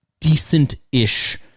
decent-ish